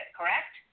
correct